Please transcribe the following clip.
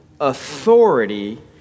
authority